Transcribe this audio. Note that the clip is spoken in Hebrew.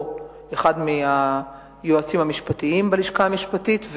או אחד מהיועצים המשפטיים בלשכה המשפטית,